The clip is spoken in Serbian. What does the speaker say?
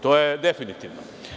To je definitivno.